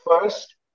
first